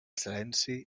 silenci